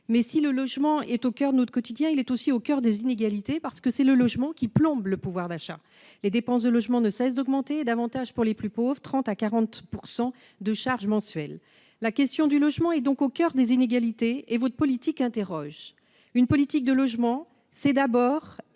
Si le logement est au coeur de notre quotidien, il est aussi au coeur des inégalités, parce que c'est le logement qui plombe le pouvoir d'achat. Les dépenses de logement ne cessent d'augmenter, et davantage pour les plus pauvres, avec 30 % à 40 % de charges mensuelles. La question du logement est donc au coeur des inégalités et votre politique interroge. Une politique du logement, c'est d'abord